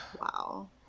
wow